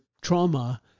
trauma